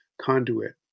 conduit